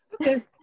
okay